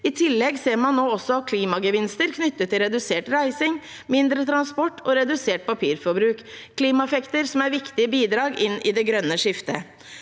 I tillegg ser man nå også klimagevinster knyttet til redusert reising, mindre transport og redusert papirforbruk – klimaeffekter som er viktige bidrag inn i det grønne skiftet.